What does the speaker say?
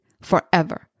forever